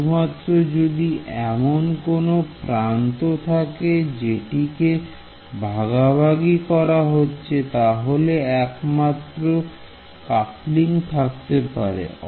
শুধুমাত্র যদি এমন কোনো প্রান্ত থাকে জিটিকে ভাগাভাগি করা হচ্ছে তাহলেই একমাত্র কাপলিং থাকতে পারে